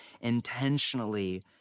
intentionally